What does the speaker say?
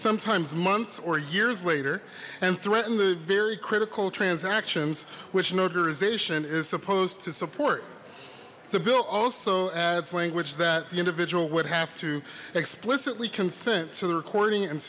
sometimes months or years later and threaten the very critical transactions which notarization is supposed to support the bill also adds language that the individual would have to explicitly consent to the recording and